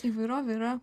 įvairovė yra